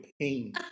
pain